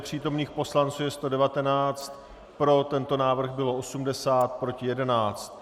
Přítomných poslanců je 119, pro tento návrh bylo 80, proti 11.